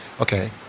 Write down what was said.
okay